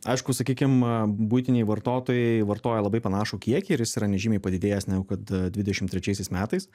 aišku sakykim buitiniai vartotojai vartoja labai panašų kiekį ir jis yra nežymiai padidėjęs negu kad dvidešim trečiaisiais metais